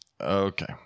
Okay